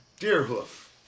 Deerhoof